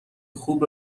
خوب